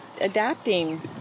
Adapting